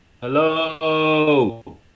hello